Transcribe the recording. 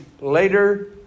later